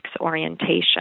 orientation